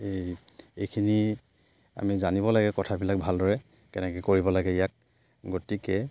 এইখিনি আমি জানিব লাগে কথাবিলাক ভালদৰে কেনেকৈ কৰিব লাগে ইয়াক গতিকে